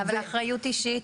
אבל אחריות אישית?